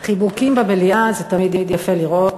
תודה רבה, חיבוקים במליאה, זה תמיד יפה לראות.